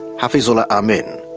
hafizullah amin,